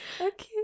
okay